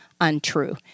untrue